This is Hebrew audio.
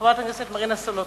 חברת הכנסת מרינה סולודקין,